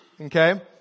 okay